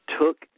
took